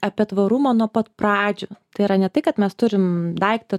apie tvarumą nuo pat pradžių tai yra ne tai kad mes turim daiktą